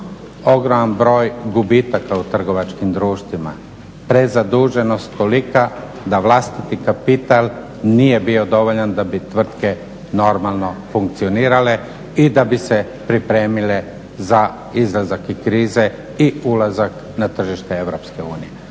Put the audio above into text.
Ogroman broj gubitaka u trgovačkim društvima, prezaduženost tolika da vlastiti kapital nije bio dovoljan da bi tvrtke normalno funkcionirale i da bi se pripremile za izlazak iz krize i ulazak na tržište Europske unije.